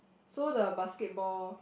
so the basketball